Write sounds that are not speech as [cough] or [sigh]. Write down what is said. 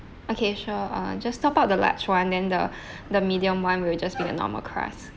okay sure uh just top up the large one then the [breath] the medium one will just be the normal crust